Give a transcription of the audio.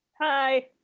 Hi